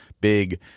big